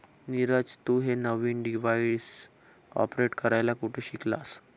नीरज, तू हे नवीन डिव्हाइस ऑपरेट करायला कुठे शिकलास?